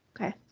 okay